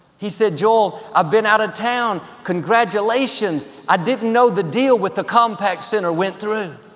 he said, joel, i've been out of town, congratulations. i didn't know the deal with the compaq center went through.